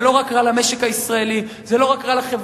זה לא רק רע למשק הישראלי,